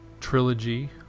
trilogy